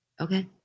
Okay